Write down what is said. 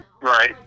Right